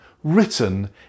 written